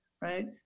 right